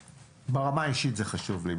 ברמה האישית זה חשוב לי.